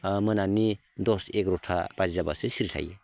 मोनानि दस एघार'ता बाजि जाबासो सिरि थायो